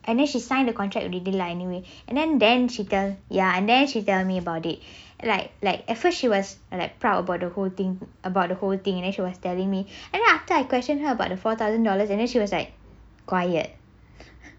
and then she signed a contract already lah anyway and then then she tell ya and then she tell me about it like like at for she was a proud about the whole thing about the whole thing and then she was telling me and after I question her about four thousand dollars and then she was like quiet